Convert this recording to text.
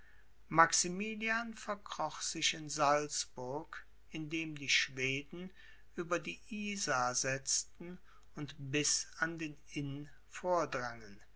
maximilian verkroch sich in salzburg indem die schweden über die isar setzten und bis an den inn vordrangen